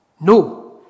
No